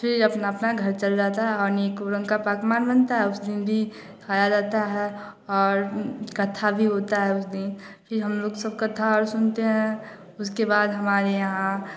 फ़िर अपना अपना घर चले जाता है फ़िर अनिकुरण का पकवान बनता है उस दिन भी खाया जाता है और कथा भी होता है उस दिन फ़िर हम लोग सब कथा सुनते हैं उसके बाद हमारे यहाँ